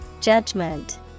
Judgment